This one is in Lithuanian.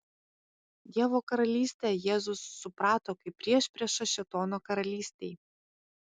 dievo karalystę jėzus suprato kaip priešpriešą šėtono karalystei